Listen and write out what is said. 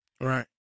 Right